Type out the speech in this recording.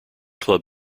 club